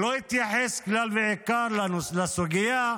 לא התייחס כלל ועיקר לסוגיה.